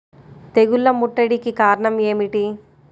తెగుళ్ల ముట్టడికి కారణం ఏమిటి?